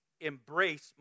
embrace